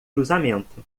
cruzamento